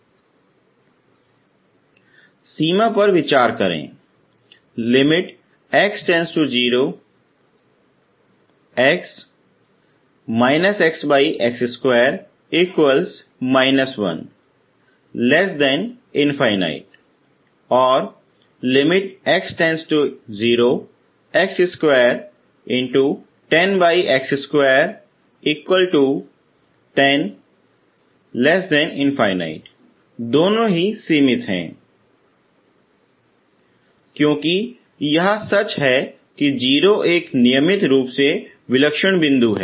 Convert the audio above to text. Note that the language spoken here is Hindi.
सीमा पर विचार करें और दोनों सीमित हैं क्योंकि यह सच है 0 एक नियमित रूप से विलक्षण बिंदु है